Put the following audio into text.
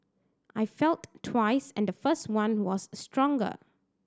I felt twice and the first one was stronger